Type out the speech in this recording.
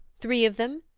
three of them?